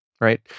right